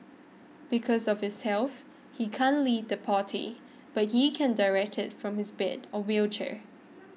because of his health he can't lead the party but he can direct it from his bed or wheelchair